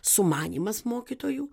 sumanymas mokytojų